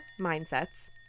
mindsets